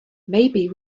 maybe